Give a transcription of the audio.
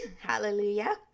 hallelujah